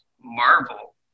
Marvel